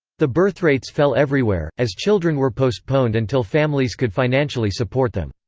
the birthrates fell everywhere, as children were postponed until families could financially support them.